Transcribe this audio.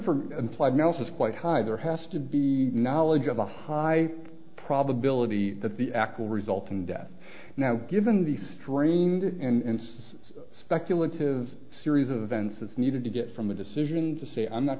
for implied malice is quite high there has to be knowledge of a high probability that the act will result in death now given the strain and says speculative series of events is needed to get from a decision to say i'm not